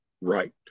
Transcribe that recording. right